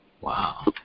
Wow